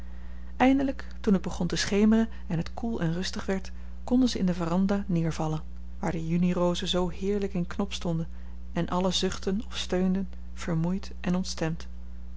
eindelijk toen het begon te schemeren en het koel en rustig werd konden ze in de waranda neervallen waar de junirozen zoo heerlijk in knop stonden en allen zuchtten of steunden vermoeid en ontstemd